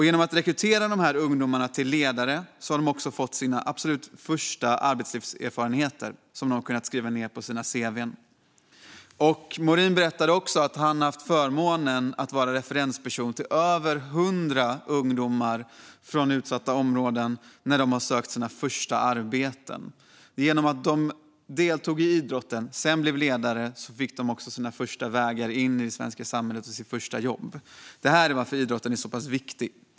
Genom att ungdomarna rekryterats till ledare har de också fått sina absolut första arbetslivserfarenheter, som de har kunnat skriva på sina cv:n. Morin berättade att han haft förmånen att vara referensperson till över 100 ungdomar från utsatta områden när de har sökt sina första arbeten. Genom att de deltog i idrotten och sedan blev ledare fick de den första vägen in i svenska samhället och till sitt första jobb. Det är därför idrotten är så viktig.